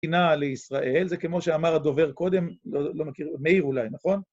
קינה לישראל, זה כמו שאמר הדובר קודם, לא מכיר, מאיר אולי, נכון?